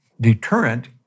deterrent